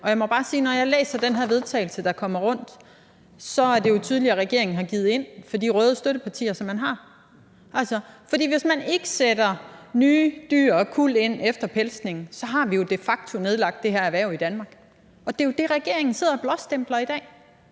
Og jeg må bare sige, at når jeg læser det her forslag til vedtagelse, der kommer rundt, er det jo tydeligt, at regeringen har givet efter for de røde støttepartier, som man har. For hvis man ikke sætter nye dyr og kuld ind efter pelsning, har vi jo de facto nedlagt det her erhverv i Danmark. Og det er jo det, regeringen sidder og blåstempler i dag.